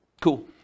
cool